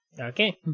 Okay